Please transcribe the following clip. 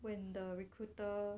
when the recruiter